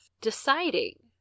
deciding